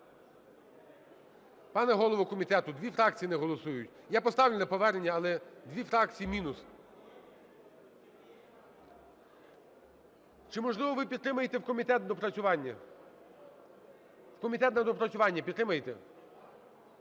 Пане голово комітету, дві фракції не голосують. Я поставлю на повернення, але дві фракції мінус. Чи, можливо, ви підтримаєте в комітет на доопрацювання? В комітет на доопрацювання, підтримаєте?